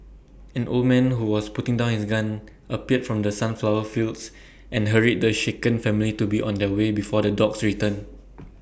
an old man who was putting down his gun appeared from the sunflower fields and hurried the shaken family to be on their way before the dogs return